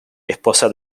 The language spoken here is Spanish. esposa